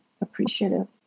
appreciative